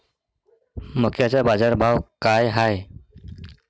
मक्याचा बाजारभाव काय हाय?